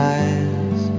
eyes